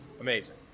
amazing